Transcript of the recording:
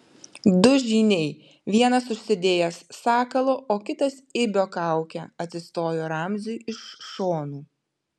du žyniai vienas užsidėjęs sakalo o kitas ibio kaukę atsistojo ramziui iš šonų